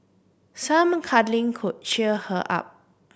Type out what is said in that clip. some cuddling could cheer her up